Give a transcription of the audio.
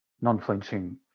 non-flinching